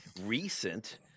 recent